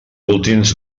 últims